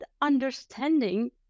understanding